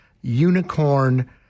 unicorn